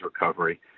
recovery